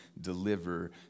deliver